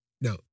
Now